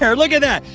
and look at that.